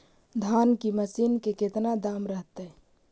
धान की मशीन के कितना दाम रहतय?